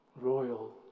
royal